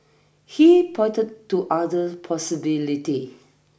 he pointed to other possibility